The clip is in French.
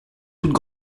toute